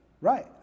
Right